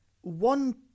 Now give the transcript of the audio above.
One